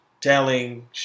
telling